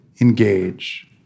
engage